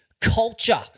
culture